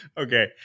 Okay